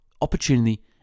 opportunity